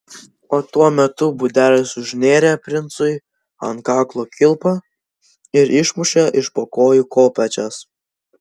o tuo metu budelis užnėrė princui ant kaklo kilpą ir išmušė iš po kojų kopėčias